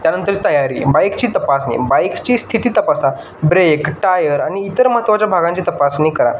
त्यानंतर तयारी बाईकची तपासणी बाईकची स्थिती तपासा ब्रेक टायर आणि इतर महत्त्वाच्या भागांची तपासणी करा